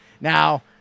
Now